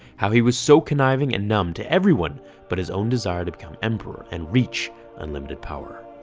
how he was so conniving and numb to everyone but his own desire to become emperor and reach unlimited power.